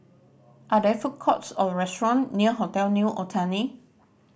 are there food courts or restaurant near Hotel New Otani